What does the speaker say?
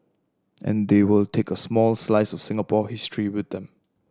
and they will take a small slice of Singapore history with them